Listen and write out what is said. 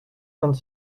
vingt